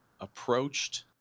approached